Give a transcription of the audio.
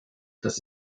das